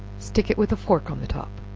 stick it with a fork on the top.